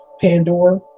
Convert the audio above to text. Pandora